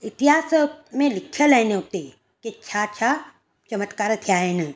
इतिहास में लिखियलु आहिनि उते की छा छा चमत्कार थिया आहिनि